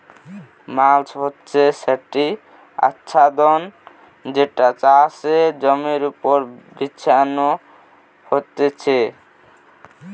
mulch হচ্ছে সেটি আচ্ছাদন যেটা চাষের জমির ওপর বিছানো হতিছে